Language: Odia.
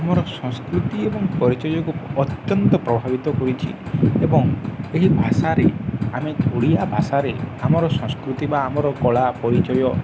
ଆମର ସଂସ୍କୃତି ଏବଂ ପରିଚୟକୁ ଅତ୍ୟନ୍ତ ପ୍ରଭାବିତ କରିଛି ଏବଂ ଏହି ଭାଷାରେ ଆମେ ଓଡ଼ିଆ ଭାଷାରେ ଆମର ସଂସ୍କୃତି ବା ଆମର କଳା ପରିଚୟ